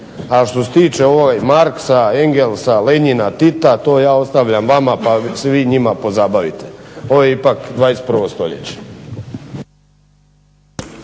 A što se tiče Marxa, Engelsa, Lenjina, Tita, to ja ostavljam vama pa se vi njima pozabavite. Ovo je ipak 21. stoljeće.